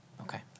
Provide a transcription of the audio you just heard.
Okay